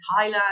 Thailand